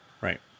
Right